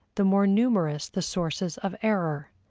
the more numerous the sources of error,